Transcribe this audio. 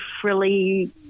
frilly